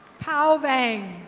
pao bang.